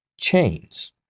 chains